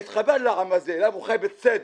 אתחבר לעם הזה, למה הוא חי בצדק.